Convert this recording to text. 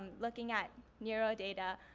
um looking at neural data,